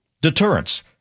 Deterrence